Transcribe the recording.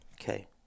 Okay